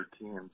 teams